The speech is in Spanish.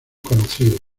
conocidos